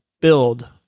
build